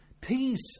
Peace